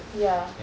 ya